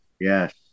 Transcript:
yes